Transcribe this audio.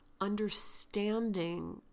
understanding